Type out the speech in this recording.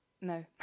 No